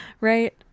right